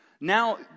now